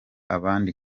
abandi